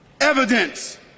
evidence